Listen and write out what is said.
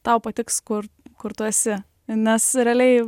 tau patiks kur kur tu esi nes realiai